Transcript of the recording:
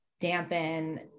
dampen